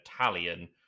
Italian